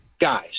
guys